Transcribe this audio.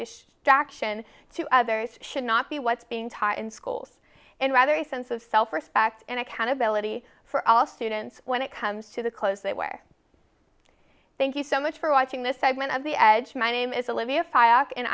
dish to others should not be what's being taught in schools and rather a sense of self respect and accountability for all students when it comes to the clothes they wear thank you so much for watching this segment of the my name is a